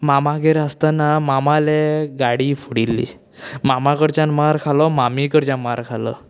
मामागेर आसतना मामालें गाडी फोडिल्लीं मामा कडच्यान मार खालो मामी कडच्यान मार खालो